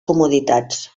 comoditats